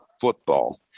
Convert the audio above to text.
football